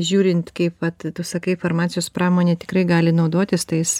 žiūrint kaip vat tu sakai farmacijos pramonė tikrai gali naudotis tais